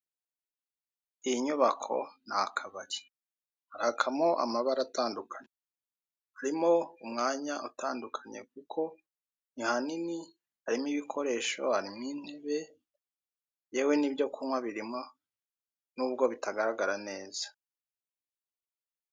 Iyi nyubako ni akabari harakamo amabara atandukanye, harimo umwanya utandukanye kuko ni hanini harimo ibikoresho, harimo intebe yewe n'ibyo kunywa birimo nubwo bitagaragara neza.